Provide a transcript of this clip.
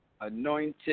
anointed